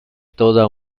toda